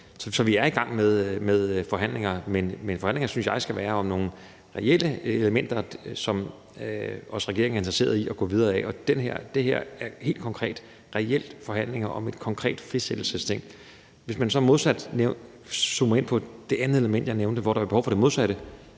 Så vi er i gang med forhandlinger, men forhandlingerne synes jeg skal være om nogle reelle elementer, som regeringen også er interesseret i at gå videre med, altså helt konkret og reelt forhandlinger om en frisættelse. Hvis man så zoomer ind på det andet element, jeg nævnte, hvor der er et behov for det modsatte,